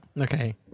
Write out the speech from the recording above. Okay